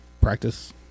practice